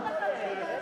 עוד אחת.